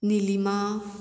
Nilima